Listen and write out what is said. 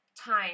time